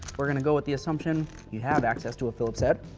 we're going to go with the assumption you have access to phillips set.